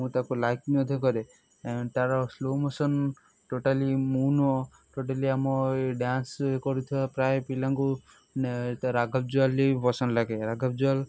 ମୁଁ ତାକୁ ଲାଇକ୍ ମଧ୍ୟ କରେ ତା'ର ସ୍ଲୋ ମୋସନ୍ ଟୋଟାଲି ମୁଁ ନୁହଁ ଟୋଟାଲି ଆମ ଏଇ ଡ଼୍ୟାନ୍ସ କରୁଥିବା ପ୍ରାୟ ପିଲାଙ୍କୁ ରାଘବ୍ ଜୁୱାଲ୍ ହି ପସନ୍ଦ ଲାଗେ ରାଘବ୍ ଜୁୱାଲ୍